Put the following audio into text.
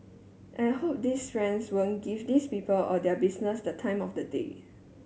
and I hope these friends won't give these people or their business the time of day